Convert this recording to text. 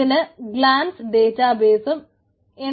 ഇതിന് glance data ബേസും ഉണ്ട്